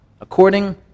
according